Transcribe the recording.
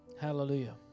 Hallelujah